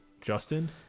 Justin